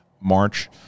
march